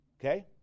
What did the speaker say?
Okay